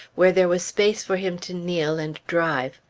where there was space for him to kneel and drive.